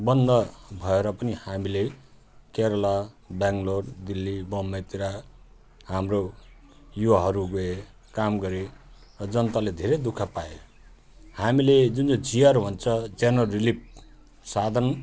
बन्द भएर पनि हामीले केरला बेङलोर दिल्ली बम्बईतिर हाम्रो युवाहरू गए काम गरे र जनताले धेरै दुःख पाए हामीले जुन चाहिँ जिआर भन्छ जेनरल रिलिफ साधन